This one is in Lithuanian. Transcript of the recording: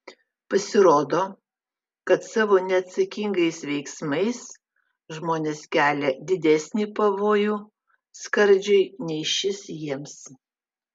pasirodo kad savo neatsakingais veiksmais žmonės kelia didesnį pavojų skardžiui nei šis jiems